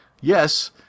yes